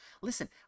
Listen